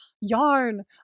yarn